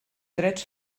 drets